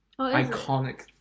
iconic